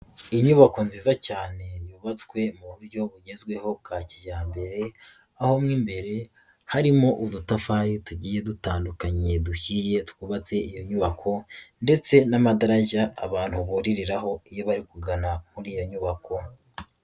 Inyubako nziza cyane yubatswe mu buryo bugezweho bwa kijyambere, aho mo imbere harimo udutafari tugiye dutandukanye duhiye twubatse iyo nyubako ndetse n'amadarashya abantu buririraho iyo bari kugana muri iyo nyubako.